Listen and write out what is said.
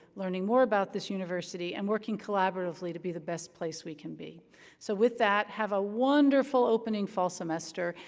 learning more about this university, and working collaboratively to be the best place we can be so with that, have a wonderful opening fall semester.